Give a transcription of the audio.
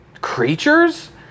creatures